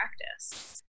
practice